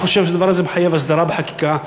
אני חושב שהדבר הזה מחייב הסדרה בחקיקה,